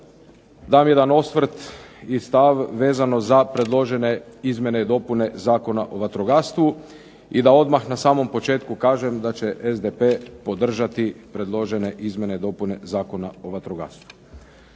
dam jedan osvrt i stav vezano za predložene izmjene i dopune Zakona o vatrogastvu i da odmah na samom početku kažem da će SDP podržati predložene izmjene i dopune Zakona o vatrogastvu.